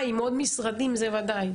עם עוד משרדים, זה ודאי.